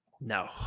No